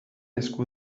esku